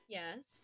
yes